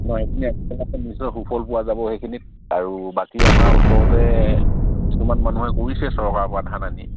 নহয় এইখিনি নিশ্চয় সুফল পোৱা যাব সেইখিনিত আৰু বাকী আমাৰ ওচৰতে কিছুমান মানুহে কৰিছে চৰকাৰৰ পৰ ধান আনি